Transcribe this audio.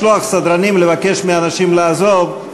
כדי למנוע מבוכה ושליחת סדרנים לבקש מאנשים לעזוב,